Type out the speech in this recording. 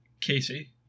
Casey